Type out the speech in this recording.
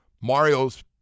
Mario's